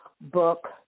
book